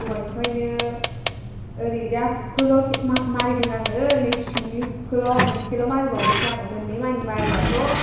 दहायनिफ्रायनो ओरै जा हुगखौल' खे मारिदों आङो नै सिंनि हुगखौल' मोनसेल' मारिबावदोंसो आं मोन्नै मानि मारिबाथ'